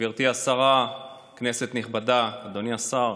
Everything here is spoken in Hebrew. גברתי השרה, כנסת נכבדה, אדוני השר,